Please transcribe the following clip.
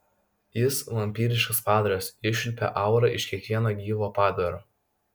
jis vampyriškas padaras iščiulpia aurą iš kiekvieno gyvo padaro